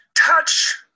touch